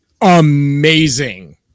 amazing